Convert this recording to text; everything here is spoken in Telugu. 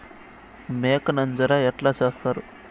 మేక నంజర ఎట్లా సేస్తారు?